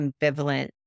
ambivalent